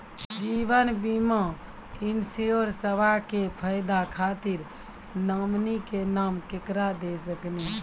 जीवन बीमा इंश्योरेंसबा के फायदा खातिर नोमिनी के नाम केकरा दे सकिनी?